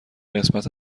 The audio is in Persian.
قسمت